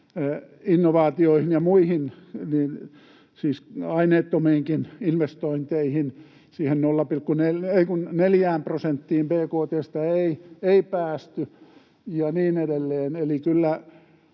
innovaatioihin ja muihin, siis aineettomatkin investoinnit. Siihen 4 prosenttiin bkt:stä ei päästy ja niin edelleen.